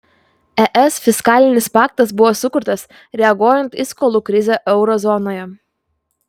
es fiskalinis paktas buvo sukurtas reaguojant į skolų krizę euro zonoje